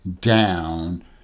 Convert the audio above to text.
down